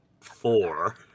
four